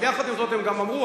אבל יחד עם זה הם גם אמרו,